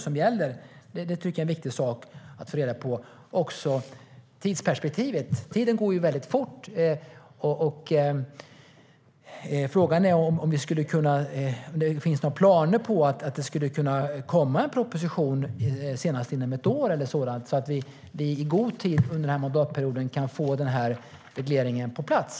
Det gäller också tidsperspektivet. Tiden går fort. Frågan är om det finns planer på att lägga fram en proposition senast inom ett år så att vi i god tid under mandatperioden kan få denna reglering på plats.